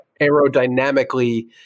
aerodynamically